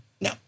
No